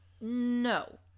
No